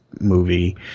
movie